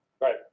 Right